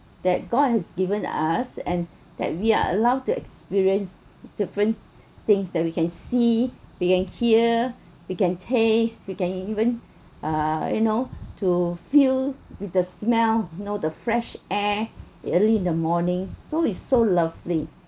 that god has given us and that we are allowed to experience different things that we can see we can hear we can tastes we can even uh you know to fill with the smell know the fresh air early in the morning so is so lovely